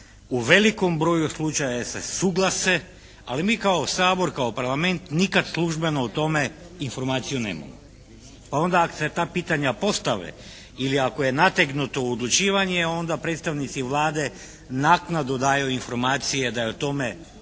u velikom broju slučaja se suglase. Ali mi kao Sabor, kao Parlament nikad službeno o tome informaciju nemamo. Pa onda ako se ta pitanja postave ili ako je nategnuto odlučivanje onda predstavnici Vlade naknadno daju informacije da je o tome bila